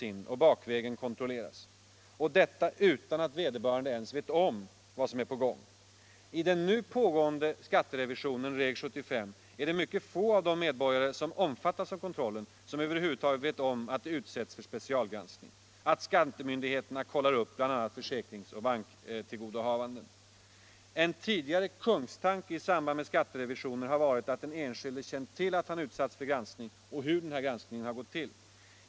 I den nu pågående skatterevisionen Reg-75 är det mycket få av de medborgare som omfattas av kontrollen som över huvud taget vet om att de utsätts för specialgranskning, att skattemyndigheterna kollar upp bl.a. försäkringar och banktillgodohavanden. En tidigare kungstanke i samband med skatterevisionen har varit att den enskilde känt till att han utsatts för granskning och hur denna har gått till.